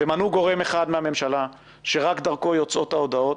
תמנו גורם אחד בממשלה שרק דרכו יוצאות ההודעות.